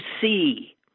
see